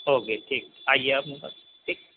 okay ٹھیک آئیے آپ میرے پاس ٹھیک